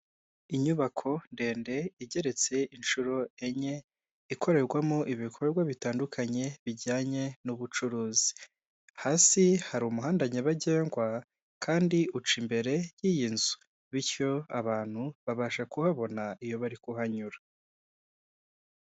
Inyubako ndende igeretse inshuro enye, ikorerwamo ibikorwa bitandukanye bijyanye n'ubucuruzi, hasi hari umuhanda nyabagendwa kandi uca imbere y'iyi nzu bityo abantu babasha kuhabona iyo bari kuhanyura.